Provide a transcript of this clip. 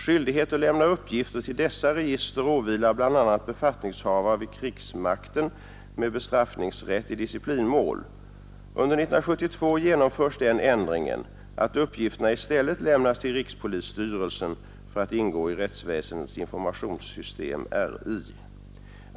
Skyldighet att lämna uppgifter till dessa register åvilar bl.a. befattningshavare vid krigsmakten med bestraffningsrätt i disciplinmål. Under 1972 genomförs den ändringen att uppgifterna i stället lämnas till rikspolisstyrelsen för att ingå i rättsväsendets informationssystem .